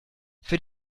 für